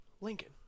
Lincoln